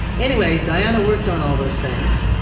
anyway, diana worked on all those things,